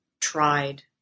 tried